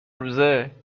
روزه